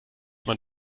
man